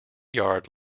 yard